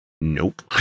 Nope